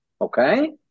okay